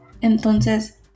Entonces